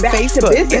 facebook